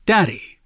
Daddy